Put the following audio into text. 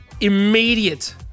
Immediate